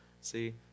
see